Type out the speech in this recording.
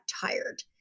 tired